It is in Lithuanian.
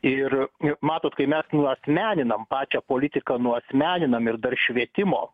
ir ir matot kai mes nuasmeninam pačią politiką nuasmeninam ir dar švietimo